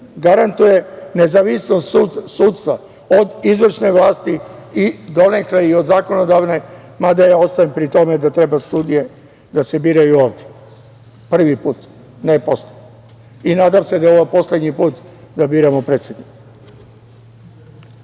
garantuje nezavisnost sudstva od izvršne vlasti i donekle i od zakonodavne, mada ja ostajem pri tome da treba sudije da se biraju ovde, prvi put, ne posle. Nadam se da je ovo poslednji put da biramo predsednika. Ova